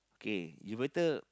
okay you better